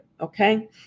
Okay